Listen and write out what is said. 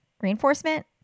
reinforcement